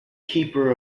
keeper